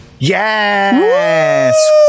Yes